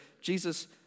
Jesus